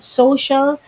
social